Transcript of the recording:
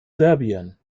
serbien